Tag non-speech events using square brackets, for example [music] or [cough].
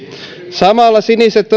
samalla siniset [unintelligible]